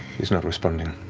not responding.